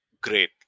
great